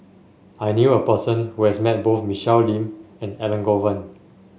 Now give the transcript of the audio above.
I knew a person who has met both Michelle Lim and Elangovan